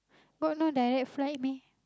but not direct flight meh